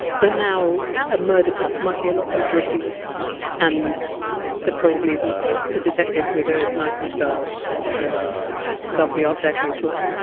but now a murder book might be a lot more gritty and there probably isn't a detective with a nice moustache and lovely art deco flat